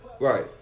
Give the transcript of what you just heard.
Right